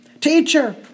Teacher